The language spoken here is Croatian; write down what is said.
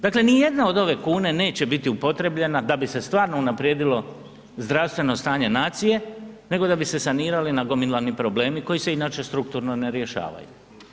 Dakle nijedna od ove kune neće biti upotrjebljena da bi se stvarno unaprijedilo zdravstveno stanje nacije nego da bi se sanirali nagomilani problemi koji se inače strukturno ne rješavaju.